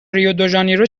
ریودوژانیرو